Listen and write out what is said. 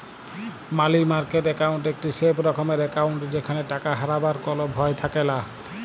মালি market account একটি safe রকমের account যেখালে টাকা হারাবার কল ভয় থাকেলা